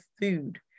food